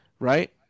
Right